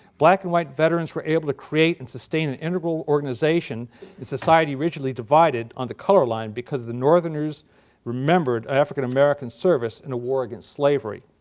black and white veterans were able to create and sustain an integral organization in society originally divided on the color line because the northerners remembered african-american service in a war against slavery.